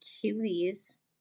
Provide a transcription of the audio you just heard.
cutie's